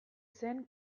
zen